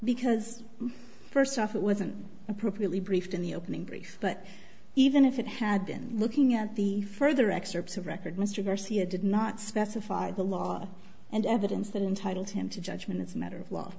because first off it wasn't appropriately briefed in the opening brief but even if it had been looking at the further excerpts the record mr garcia did not specify the law and evidence that entitled him to judgment as a matter of law